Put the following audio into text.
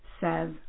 says